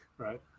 Right